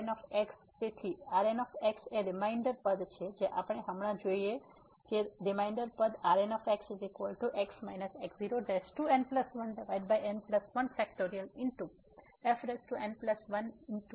Rn તેથી Rn એ remainder પદ છે જે આપણે હમણાં જોઈ કે રીમાઈન્ડર પદ Rnxx x0n1n1